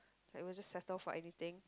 like will just settle for anything